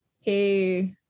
Hey